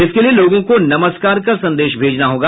इसके लिए लोगों को नमस्कार का संदेश भेजना होगा